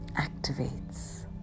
activates